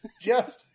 Jeff